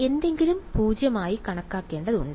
വിദ്യാർത്ഥി എന്തെങ്കിലും 0 ആയി കണക്കാക്കേണ്ടതുണ്ട്